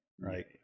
right